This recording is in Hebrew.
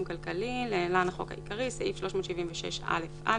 כלכלי (להלן החוק העיקרי) בסעיף 376(א)(א),